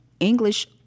English